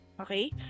Okay